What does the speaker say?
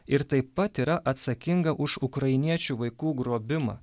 ir taip pat yra atsakinga už ukrainiečių vaikų grobimą